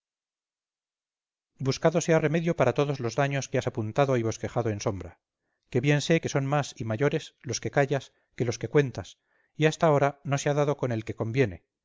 buscado se ha remedio para todos los daños que has apuntado y bosquejado en sombra que bien sé que son más y mayores los que callas que los que cuentas y hasta ahora no se ha dado con el que conviene